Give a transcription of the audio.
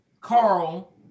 Carl